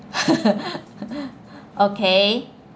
okay